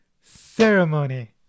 ceremony